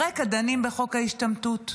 ברקע דנים בחוק ההשתמטות.